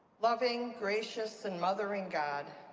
loving, gracious, and mothering god,